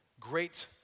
great